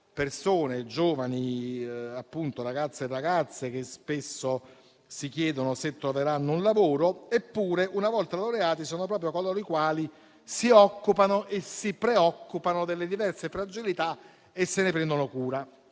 di giovani, ragazze e ragazzi, che spesso si chiedono se troveranno un lavoro; eppure, una volta laureati, sono proprio coloro i quali si occupano e si preoccupano delle diverse fragilità e se ne prendono cura.